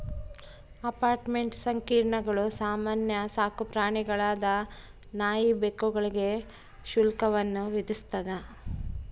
apartment ಸಂಕೀರ್ಣಗಳು ಸಾಮಾನ್ಯ ಸಾಕುಪ್ರಾಣಿಗಳಾದ ನಾಯಿ ಬೆಕ್ಕುಗಳಿಗೆ ಶುಲ್ಕವನ್ನು ವಿಧಿಸ್ತದ